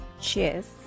Cheers